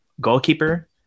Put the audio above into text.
Goalkeeper